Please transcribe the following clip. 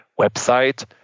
website